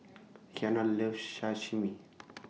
Kiana loves Sashimi